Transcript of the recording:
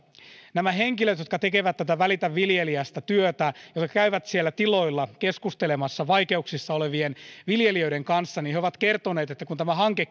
nämä henkilöt jotka tekevät tätä välitä viljelijästä työtä ja jotka käyvät siellä tiloilla keskustelemassa vaikeuksissa olevien viljelijöiden kanssa ovat kertoneet että kun tämä hanke